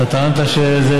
אתה טענת שזה